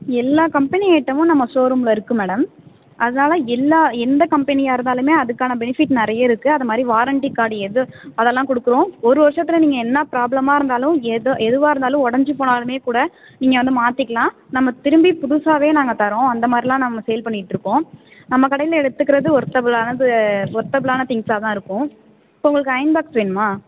எல்லா கம்பெனி ஐட்டமும் நம்ம ஷோரூமில் இருக்கும் மேடம் அதனால் எல்லா எந்த கம்பெனியாக இருந்தாலுமே அதுக்கான பெனிஃபிட் நிறைய இருக்குது அது மாதிரி வாரண்ட்டி கார்ட் எது அதெலாம் கொடுக்குறோம் ஒரு வருஷத்தில் நீங்கள் என்ன ப்ராப்ளமாக இருந்தாலும் எது எதுவாக இருந்தாலும் உடஞ்சி போனாலுமே கூட நீங்கள் வந்து மாற்றிக்கலாம் நம்ம திரும்பி புதுசாகவே நாங்கள் தரோம் அந்த மாதிரிலாம் நம்ம சேல் பண்ணிகிட்ருகோம் நம்ம கடையில் எடுத்துக்கிறது ஒர்த்தபிளானது ஒர்த்தபிளான திங்க்ஸாகதான் இருக்கும் இப்போ உங்களுக்கு அயன் பாக்ஸ் வேணுமா